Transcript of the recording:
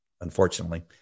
unfortunately